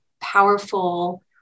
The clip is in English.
powerful